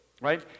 right